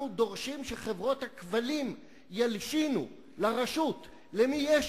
אנחנו דורשים שחברות הכבלים ילשינו לרשות למי יש